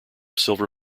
silver